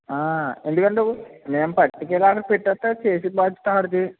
ఎందుకంటే మేము పట్టుకెళ్ళి అక్కడ పెట్టేస్తే చేసే భాద్యత వాడిది